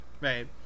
right